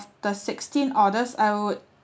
the sixteen orders I would